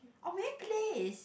or maybe place